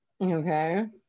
okay